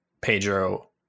Pedro